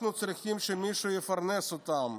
אנחנו צריכים שמישהו יפרנס אותם,